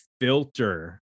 Filter